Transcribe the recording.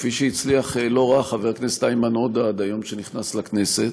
כפי שהצליח לא רע חבר הכנסת איימן עודה עד היום שנכנס לכנסת,